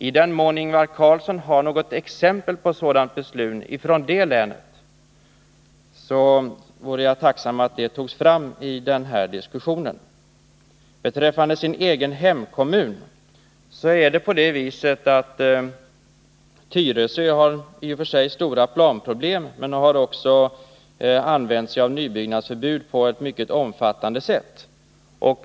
I den mån Ingvar Carlsson har något exempel på ett sådant beslut från detta län, vore jag tacksam om det togs fram i denna diskussion. Ingvar Carlssons egen hemkommun Tyresö har i och för sig stora planproblem, men kommunen har också använt sig av nybyggnadsförbud i mycket stor utsträckning.